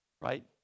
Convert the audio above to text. right